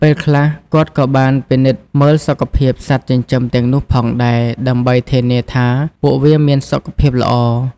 ពេលខ្លះ គាត់ក៏បានពិនិត្យមើលសុខភាពសត្វចិញ្ចឹមទាំងនោះផងដែរ ដើម្បីធានាថាពួកវាមានសុខភាពល្អ។